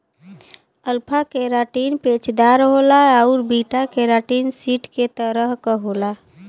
alpha keratin पेचदार होला आउर बीटा केराटिन सीट के तरह क होला